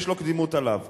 יש לו קדימות עליו.